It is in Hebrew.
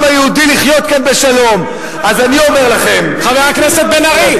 לך, חבר הכנסת בן-ארי,